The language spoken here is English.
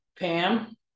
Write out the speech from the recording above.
Pam